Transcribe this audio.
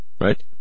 right